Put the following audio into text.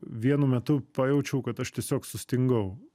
vienu metu pajaučiau kad aš tiesiog sustingau